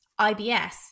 IBS